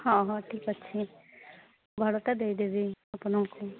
ହଁ ହଁ ଠିକ୍ ଅଛି ଦେଇ ଦେବି ଆପଣଙ୍କୁ